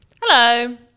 Hello